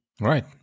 Right